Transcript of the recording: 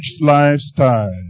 lifestyle